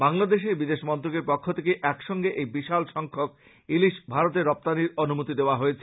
বাংলাদেশের বিদেশ মন্ত্রকের পক্ষ থেকে এক সঙ্গে এই বিশাল সংখ্যক ইলিশ ভারতে রপ্তানীর অনুমতি দেওয়া হয়েছে